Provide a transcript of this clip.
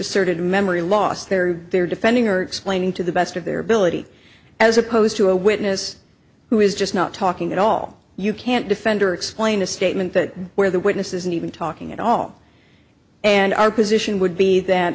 asserted memory loss there they're defending her explaining to the best of their ability as opposed to a witness who is just not talking at all you can't defend or explain a statement that where the witness isn't even talking at all and our position would be that